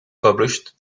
published